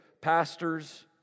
pastors